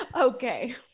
okay